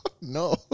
No